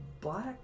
black